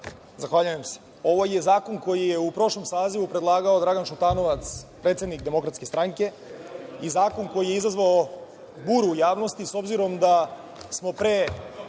Zahvaljujem se. Ovo je zakon koji je u prošlom sazivu predlagao Dragan Šutanovac, predsednik Demokratske stranke. Zakon koji je izazvao buru u javnosti, s obzirom da smo pre